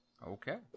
Okay